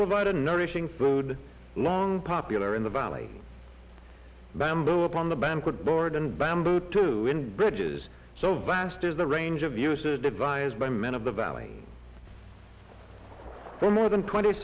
provided nourishing food long popular in the valley bamboo upon the banquet board and bamboo two bridges so vast is the range of uses devised by men of the valley for more than twenty